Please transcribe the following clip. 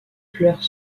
pleure